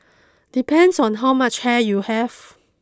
depends on how much hair you have